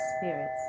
spirits